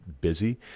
busy